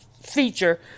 feature